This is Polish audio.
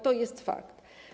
To jest fakt.